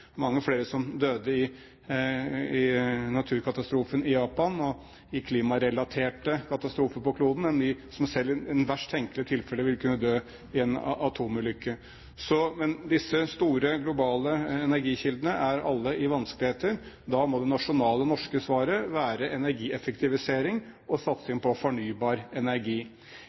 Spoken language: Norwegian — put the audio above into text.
mange flere som døde i naturkatastrofen i Japan og i klimarelaterte katastrofer på kloden enn det antallet som selv i det verst tenkelige tilfellet ville dø i en atomulykke. Men disse store globale energikildene er alle i vanskeligheter. Da må det nasjonale norske svaret være energieffektivisering og satsing på fornybar energi.